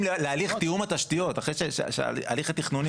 להליך תיאום התשתיות אחרי שההליך התכנוני הסתיים.